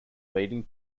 leading